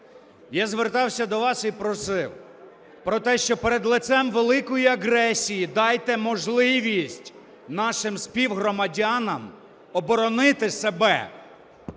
я звертався до вас і просив про те, що перед лицем великої агресії дайте можливість нашим співгромадянам оборонити себе